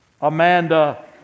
Amanda